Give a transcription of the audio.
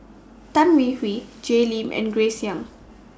Tan Hwee Hwee Jay Lim and Grace Young